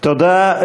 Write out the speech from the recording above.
תודה.